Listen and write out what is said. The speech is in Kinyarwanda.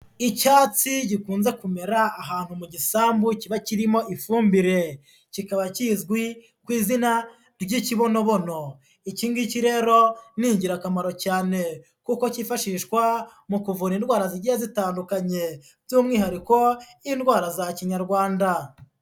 Icyatsi gikunda kumera ahantu mu gisambu kiba kirimo ifumbire, kikaba kizwi ku izina ry'ikibonobono, iki ngiki rero ni ingirakamaro cyane kuko kifashishwa mu kuvura indwara zigiye zitandukanye, by'umwihariko nk'indwara za Kinyarwanda.